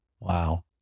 Wow